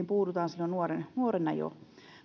puututaan silloin nuorena jo